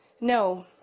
no